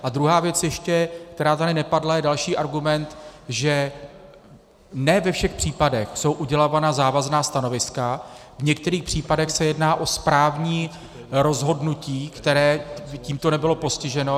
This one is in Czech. A druhá věc ještě, která tady nepadla, je další argument, že ne ve všech případech jsou udělována závazná stanoviska, v některých případech se jedná o správní rozhodnutí, které tímto nebylo postiženo.